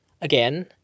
again